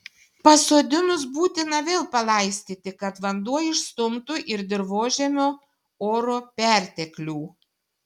pasodinus būtina vėl palaistyti kad vanduo išstumtų ir dirvožemio oro perteklių